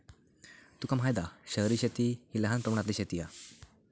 तुका माहित हा शहरी शेती हि लहान प्रमाणातली शेती हा